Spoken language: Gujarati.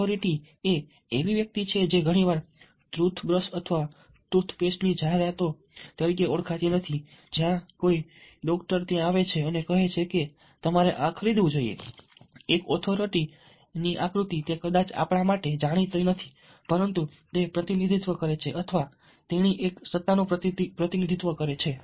ઓથોરિટી એવી વ્યક્તિ છે જે ઘણીવાર ટૂથબ્રશ અથવા ટૂથ પેસ્ટની જાહેરાતો તરીકે ઓળખાતી નથી જ્યાં કોઈ ડૉક્ટર ત્યાં આવે છે અને કહે છે કે તમારે આ ખરીદવું જોઈએ એક ઓથોરિટી આકૃતિ તે કદાચ આપણા માટે જાણીતો નથી પરંતુ તે પ્રતિનિધિત્વ કરે છે અથવા તેણી એક સત્તાનું પ્રતિનિધિત્વ કરે છે